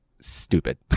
stupid